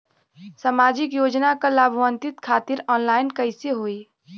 सामाजिक योजना क लाभान्वित खातिर ऑनलाइन कईसे होई?